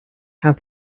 have